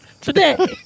today